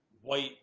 white